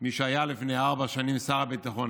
מי שהיה לפני ארבע שנים שר הביטחון,